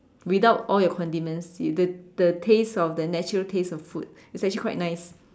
without all your condiments the the taste of the natural taste of food is actually quite nice